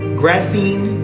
graphene